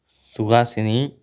Suhasini